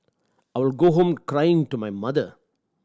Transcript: I would go home crying to my mother